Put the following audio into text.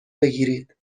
بگیرید